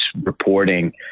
reporting